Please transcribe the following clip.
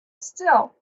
still